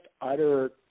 utter